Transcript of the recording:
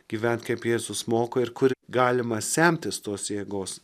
gyvent kaip jėzus moko ir kur galima semtis tos jėgos